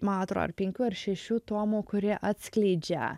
man atrodo ar penkių ar šešių tomų kurie atskleidžia